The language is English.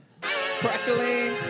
Crackling